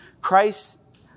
Christ